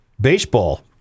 baseball